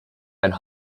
and